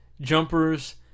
jumpers